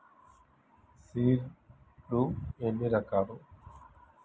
Seed లు ఎన్ని రకాలు?